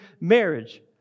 marriage